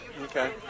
Okay